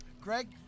Greg